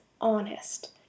honest